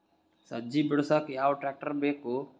ಸಜ್ಜಿ ಬಿಡಸಕ ಯಾವ್ ಟ್ರ್ಯಾಕ್ಟರ್ ಬೇಕು?